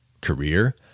career